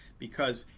because,